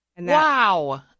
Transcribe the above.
Wow